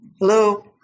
Hello